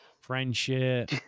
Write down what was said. friendship